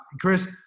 Chris